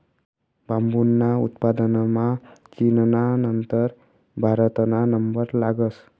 बांबूना उत्पादनमा चीनना नंतर भारतना नंबर लागस